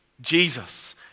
Jesus